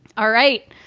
all right.